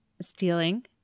stealing